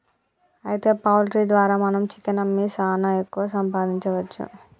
అయితే పౌల్ట్రీ ద్వారా మనం చికెన్ అమ్మి సాన ఎక్కువ సంపాదించవచ్చు